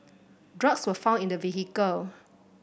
drugs were found in the vehicle